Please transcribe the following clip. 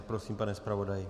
Prosím, pane zpravodaji.